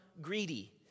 greedy